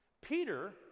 Peter